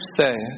say